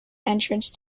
entrance